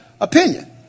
opinion